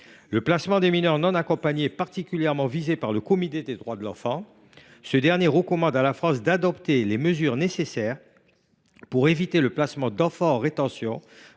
Le placement des mineurs non accompagnés est particulièrement visé par le Comité des droits de l’enfant. Ce dernier recommande à la France d’« adopter les mesures nécessaires pour éviter le placement d’enfants en rétention